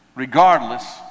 Regardless